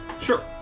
Sure